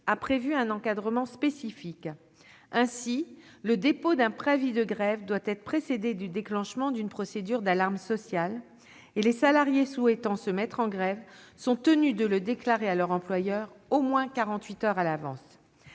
a prévu un encadrement spécifique. Ainsi, le dépôt d'un préavis de grève doit être précédé du déclenchement d'une procédure d'alarme sociale, et les salariés souhaitant se mettre en grève sont tenus de le déclarer à leur employeur au moins quarante-huit heures à l'avance.